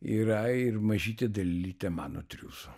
yra ir mažytė dalelytė mano triūso